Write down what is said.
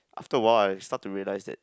after awhile I start to realize that